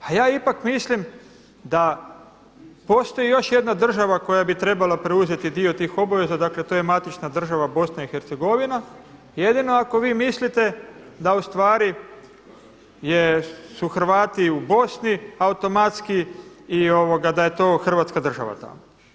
A ja ipak mislim da postoji još jedna država koja bi trebala preuzeti dio tih obaveza, dakle to je matična država BiH-a jedino ako vi mislite da ustvari jesu Hrvati u Bosni automatski da je to Hrvatska država tamo.